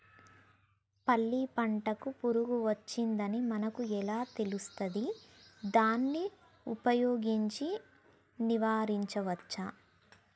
పల్లి పంటకు పురుగు వచ్చిందని మనకు ఎలా తెలుస్తది దాన్ని ఉపయోగించి నివారించవచ్చా?